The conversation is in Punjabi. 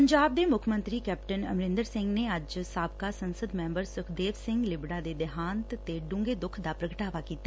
ਪੰਜਾਬ ਦੇ ਮੁੱਖ ਮੰਤਰੀ ਕੈਪਟਨ ਅਮਰੰਦਰ ਸਿੰਘ ਨੇ ਅੱਜ ਸਾਬਕਾ ਸੰਸਦ ਮੈਂਬਰ ਸੁਖਦੇਵ ਸਿੰਘ ਲਿਬੜਾ ਦੇ ਦੇਹਾਂਤ ਤੇ ਡੂੰਘੇ ਦੁੱਖ ਦਾ ਪ੍ਰਗਟਾਵਾ ਕੀਤਾ